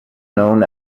known